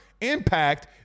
impact